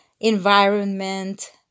environment